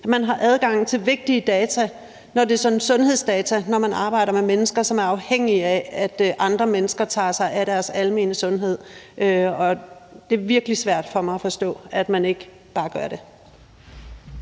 man har adgang til vigtige data, når det er sundhedsdata, og når man arbejder med mennesker, som er afhængige af, at andre mennesker tager sig af deres almene sundhed, og det er virkelig svært for mig at forstå, at man ikke bare gør det.